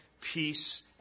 peace